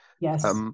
Yes